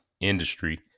industry